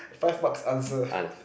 five marks answer